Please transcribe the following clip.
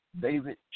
David